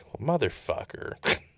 motherfucker